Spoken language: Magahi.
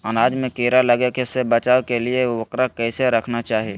अनाज में कीड़ा लगे से बचावे के लिए, उकरा कैसे रखना चाही?